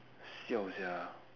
siao sia